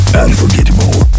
unforgettable